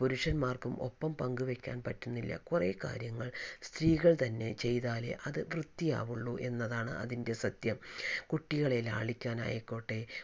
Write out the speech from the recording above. പുരുഷന്മാർക്കും ഒപ്പം പങ്കുവെയ്ക്കാൻ പറ്റുന്നില്ല കുറേ കാര്യങ്ങൾ സ്ത്രീകൾ തന്നെ ചെയ്താലെ അത് വൃത്തിയാവുള്ളു എന്നതാണ് അതിൻ്റെ സത്യം കുട്ടികളെ ലാളിക്കാനായിക്കോട്ടെ